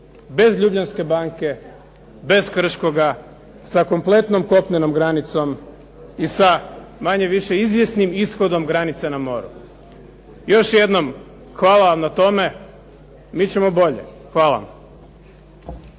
bez Ljubljanske banke, bez Krškoga, sa kompletnom kopnenom granicom i sa manje-više izvjesnim ishodom granica na moru. Još jednom, hvala vam na tome. Mi ćemo bolje. Hvala vam.